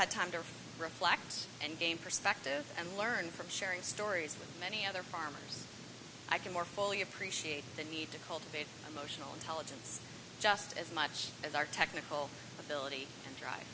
had time to reflect and gain perspective and learn from sharing stories with many other farmers i can more fully appreciate the need to cultivate emotional intelligence just as much as our technical ability and drive